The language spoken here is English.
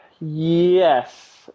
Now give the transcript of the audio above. yes